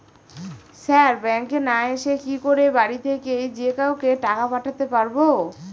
Sir ব্যাঙ্কে না এসে কি করে বাড়ি থেকেই যে কাউকে টাকা পাঠাতে পারবো?